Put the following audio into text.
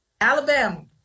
Alabama